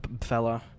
fella